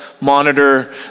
monitor